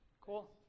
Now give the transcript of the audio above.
cool